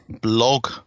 blog